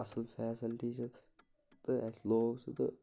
اصل فیسلٹی چھِ اتھ تہٕ اسہِ لوگ سُہ تہٕ